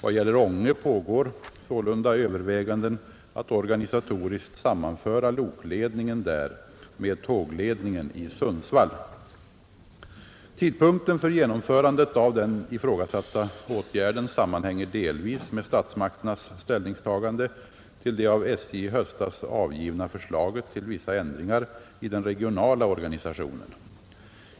Vad gäller Ånge pågår sålunda överväganden att organisatoriskt sammanföra lokledningen där med tågledningen i Sundsvall. Tidpunkten för genomförandet av den ifrågasatta åtgärden sammanhänger delvis med statsmakternas ställningstagande till det av SJ i höstas avgivna förslaget till vissa ändringar i den regionala organisationen.